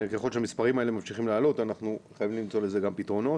ככל שהמספרים האלה ממשיכים לעלות אנחנו חייבים למצוא לזה גם פתרונות